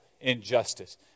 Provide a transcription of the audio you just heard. injustice